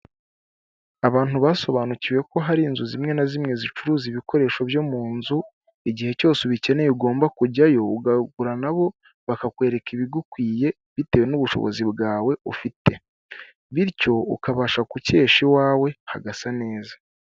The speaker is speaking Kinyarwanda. Abantu basobanukiwe ko hari inzu zimwe na zimwe zicuruza ibikoresho byo mu nzu igihe cyose ubikeneye ugomba kujyayo ukagura nabo bakakwereka ibigukwiye bitewe n'ubushobozi bwawe ufite, bityo ukabasha gukesha iwawe hagasa neza.